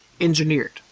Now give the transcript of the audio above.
engineered